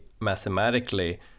mathematically